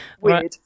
weird